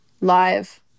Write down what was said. live